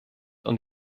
und